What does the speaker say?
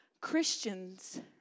Christians